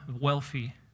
wealthy